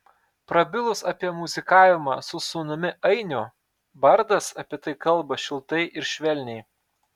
prabilus apie muzikavimą su sūnumi ainiu bardas apie tai kalba šiltai ir švelniai